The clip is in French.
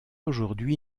aujourd’hui